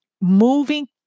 moving